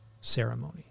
ceremony